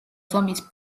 ზომის